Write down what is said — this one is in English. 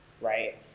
Right